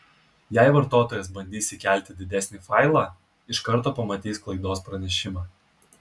jei vartotojas bandys įkelti didesnį failą iš karto pamatys klaidos pranešimą